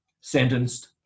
sentenced